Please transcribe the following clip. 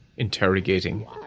interrogating